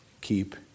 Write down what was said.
Keep